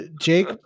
Jake